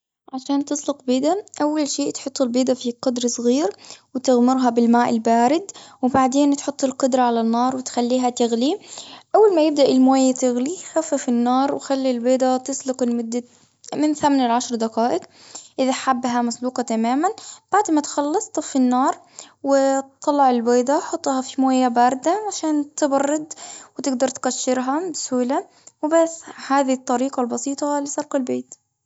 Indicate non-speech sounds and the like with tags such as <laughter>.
عشان تسلق بيضة. أول شي، تحطوا البيضة في قدر صغير، وتغمرها بالماء البارد، <noise> وبعدين تحط القدرة على النار وتخليها تغلي. أول ما يبدأ الموي تغلي، خفف النار، وخلي البيضة تسلق لمدة <hesitation> من ثمن لعشر دقائق، إذا حابها <noise> مسلوقة تمامًا. بعد ما تخلص طفي النار، و <hesitation> طلع البيضة حطها في مية باردة، عشان تبرد <noise> وتقدر تقشرها بسهولة. <noise> وبس هذي الطريقة البسيطة <noise> لسلق البيض.